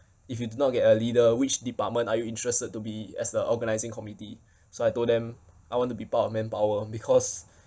if you do not get a leader which department are you interested to be as the organising committee so I told them I want to be part of manpower because